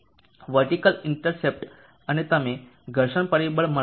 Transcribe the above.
vertical intercept અને તમે તમારા ઘર્ષણ પરિબળ મળશે